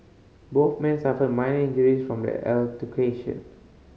both men suffered minor injuries from the altercation